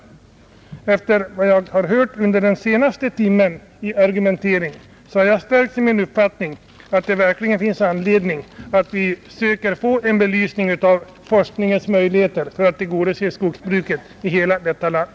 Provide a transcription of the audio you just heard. Efter vad jag under den senaste timmen hört av argumenteringen har jag styrkts i min uppfattning att det verkligen finns anledning att försöka få en belysning av forskningens möjligheter för att tillgodose skogsbruket i hela detta land.